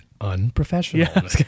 unprofessional